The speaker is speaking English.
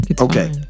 okay